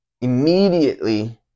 Immediately